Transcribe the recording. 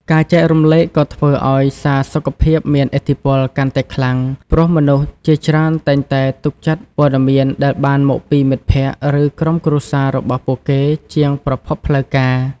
ការចែករំលែកក៏ធ្វើឲ្យសារសុខភាពមានឥទ្ធិពលកាន់តែខ្លាំង ព្រោះមនុស្សជាច្រើនតែងតែទុកចិត្តព័ត៌មានដែលបានមកពីមិត្តភក្តិឬក្រុមគ្រួសាររបស់ពួកគេជាងប្រភពផ្លូវការ។